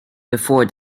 before